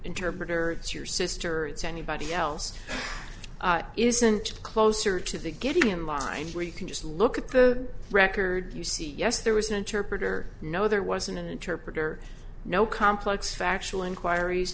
interpreter it's your sister it's anybody else isn't closer to getting in line where you can just look at the record you see yes there was an interpreter no there wasn't an interpreter no complex factual inquiries